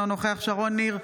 אינו נוכח שרון ניר,